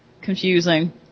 confusing